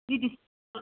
ladies